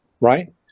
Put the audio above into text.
right